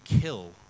kill